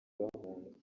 bahunga